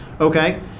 Okay